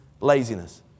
Laziness